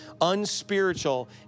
unspiritual